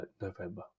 November